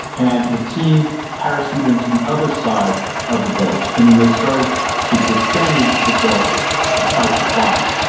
and the team parachuted into the other side of the gulch and then they started to descend into the gulch to fight the fire.